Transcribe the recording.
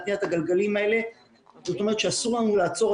זאת אומרת שאסור לנו לעצור,